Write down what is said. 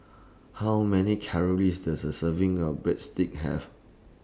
How Many Calories Does A Serving of Breadsticks Have